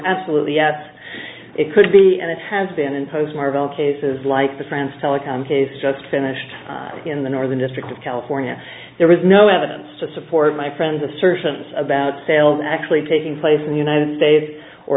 absolutely yes it could be and it has been in post marvell cases like the france telecom case just finished in the northern district of california there was no evidence to support my friend's assertions about sales actually taking place in the united states or